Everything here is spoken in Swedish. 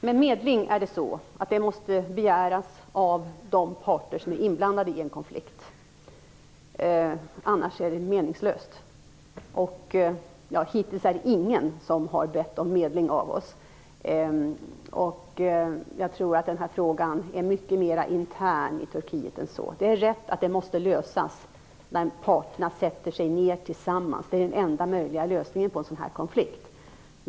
Herr talman! Medling måste begäras av de parter som är inblandade i en konflikt, annars är det meningslöst. Hittills är det ingen som bett om medling av oss. Jag tror att frågan är mycket mer intern i Turkiet. Det är riktigt att den måste lösas genom att parterna sätter sig ned tillsammans. Det är den enda möjliga lösningen på en sådan konflikt.